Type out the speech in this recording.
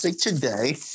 today